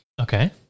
Okay